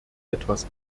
etwas